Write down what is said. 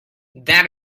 that